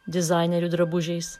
dizainerių drabužiais